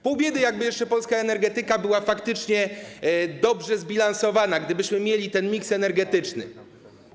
Pół biedy, jakby jeszcze polska energetyka była faktycznie dobrze zbilansowana, gdybyśmy mieli miks energetyczny.